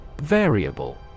Variable